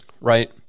right